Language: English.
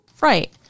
Right